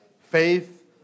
faith